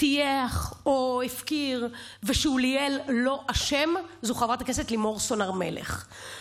טייח או הפקיר ושאוליאל לא אשם זו חברת הכנסת לימור סון הר מלך.